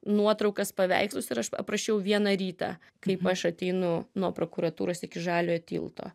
nuotraukas paveikslus ir aš aprašiau vieną rytą kaip aš ateinu nuo prokuratūros iki žaliojo tilto